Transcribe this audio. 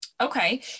Okay